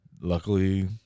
luckily